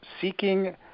seeking